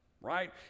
right